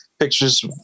pictures